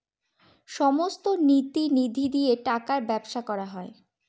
সমস্ত নীতি নিধি দিয়ে টাকার ব্যবসা করা হয়